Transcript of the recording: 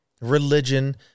religion